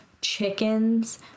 chickens